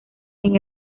sin